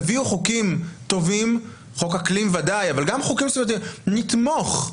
תביאו חוקים סביבתיים טובים, אנחנו נתמוך.